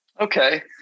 Okay